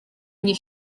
mnie